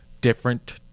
different